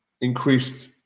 increased